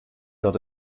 dat